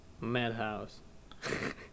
Madhouse